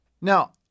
Now